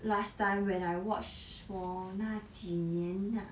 last time when I watch more for 那几年 ah